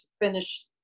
finish